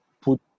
put